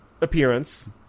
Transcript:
appearance